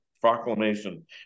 proclamation